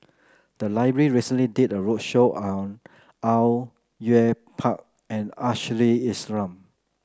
the library recently did a roadshow on Au Yue Pak and Ashley Isham